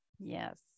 yes